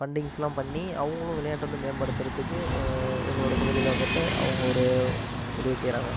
ஃபன்டிங்ஸ்லாம் பண்ணி அவங்களும் விளையாட்டை வந்து மேம்படுத்துறதுக்கு எங்களோட பகுதியில் வந்துட்டு அவங்க ஒரு உதவி செய்கிறாங்க